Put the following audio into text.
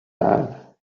time